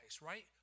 right